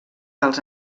dels